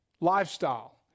lifestyle